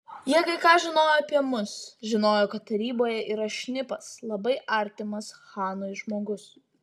jie kai ką žinojo apie mus žinojo kad taryboje yra šnipas labai artimas chanui žmogus